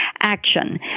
action